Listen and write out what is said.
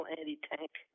anti-tank